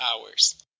hours